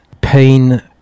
pain